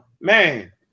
man